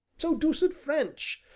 so deuced french,